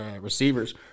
receivers